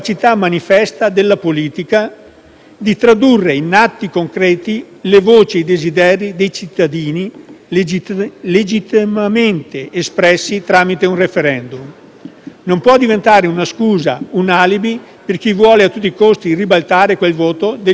di tradurre in atti concreti le voci e i desideri dei cittadini, legittimamente espressi tramite un *referendum*. Non può diventare una scusa o un alibi per chi vuole a tutti i costi ribaltare il voto del giugno del 2016.